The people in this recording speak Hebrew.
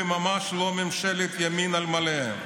וממש לא לממשלת ימין על מלא.